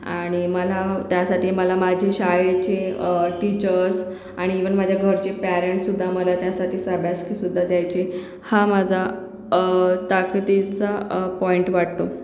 आणि मला त्यासाठी मला माझी शाळेचे टीचर्स आणि इव्हन माझ्या घरचे पेरेंट्ससुद्धा मला त्यासाठी शाबासकीसुद्धा द्यायचे हा माझा ताकदीचा पॉईंट वाटतो